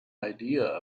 idea